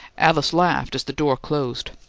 alice laughed as the door closed.